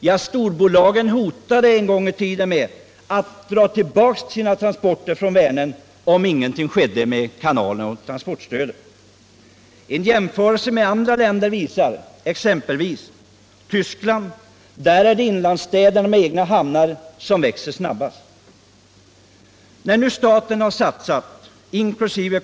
Ja, storbolagen hotade en gång i tiden med att dra tillbaka sina transporter från Vänern helt och hållet om ingenting skedde med kanalen och transportstödet. En jämförelse med andra länder visar att det i exempelvis Tyskland är inlandsstäder med egna hamnar som växer snabbast. När nu staten inkl.